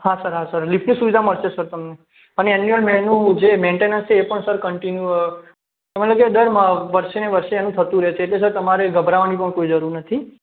હા સર હા સર લિફ્ટની સુવિધા મળશે સર તમને અને એન્યુઅલ મેન જે મેન્ટેનસ છે એ પણ સર કન્ટીન્યુ અ તમારે દર મ વર્ષેને વર્ષે એનું થતું રહે છે એટલે સર તમારે ગભરાવવાની પણ કોઈ જરૂર નથી